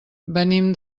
venim